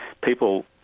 people